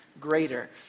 greater